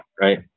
right